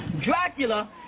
Dracula